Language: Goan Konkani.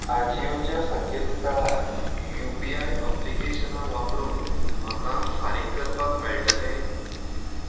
अजियोच्या संकेतथळार यू पी आय ऍप्लिकेशनां वापरून म्हाका फारीक करपाक मेळटलें